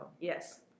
yes